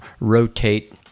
rotate